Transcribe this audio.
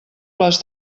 les